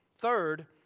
Third